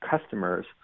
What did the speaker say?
customers